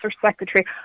Secretary